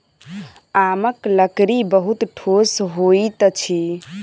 आमक लकड़ी बहुत ठोस होइत अछि